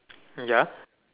ya